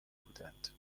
بودند